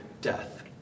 death